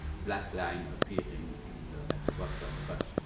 black line appearing in at the bottom, but